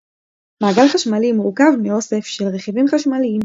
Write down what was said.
מעגל חשמלי מורכב מאוסף של רכיבים חשמליים,